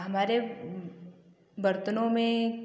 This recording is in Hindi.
हमारे बर्तनों में